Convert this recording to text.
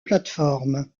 plateformes